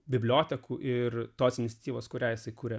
bibliotekų ir tos iniciatyvos kurią įsikuria